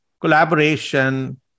collaboration